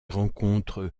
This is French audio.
rencontre